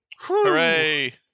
Hooray